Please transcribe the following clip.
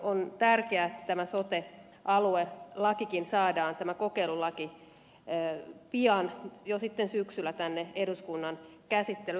on tärkeää että tämä sote aluelakikin saadaan tämä kokeilulaki pian jo sitten syksyllä tänne eduskunnan käsittelyyn